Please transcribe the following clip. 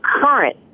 current